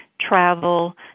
travel